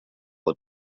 por